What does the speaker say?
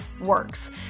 works